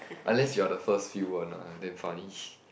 unless you are the first few one lah damn funny